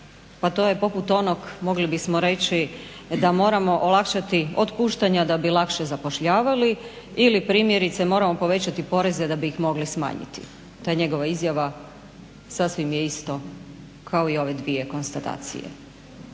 pa to je poput onoga, mogli bi smo reći: "Da moramo olakšati otpuštanja, da bi lakše zapošljavali ili primjerice moramo povećati poreze, da bi ih mogli smanjiti ." To je njegova izjava, sasvim je isto kao i ove dvije konstatacije.